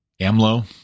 AMLO